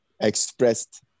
expressed